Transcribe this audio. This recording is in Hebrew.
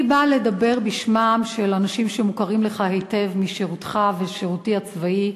אני באה לדבר בשמם של אנשים שמוכרים לך היטב משירותך ושירותי הצבאי,